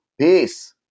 Peace